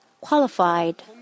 qualified